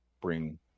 bring